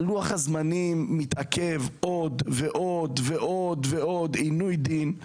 שלוח הזמנים מתעכב בהם עוד ועוד, עינוי דין,